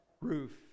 roof